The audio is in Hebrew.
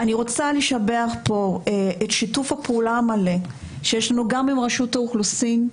אני רוצה לשבח פה את שיתוף הפעולה המלא שיש לנו גם עם רשות האוכלוסין,